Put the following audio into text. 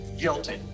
guilty